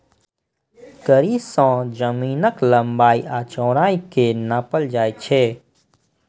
कड़ी सं जमीनक लंबाइ आ चौड़ाइ कें नापल जाइ छै